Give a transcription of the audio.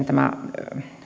tämä